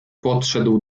podszedł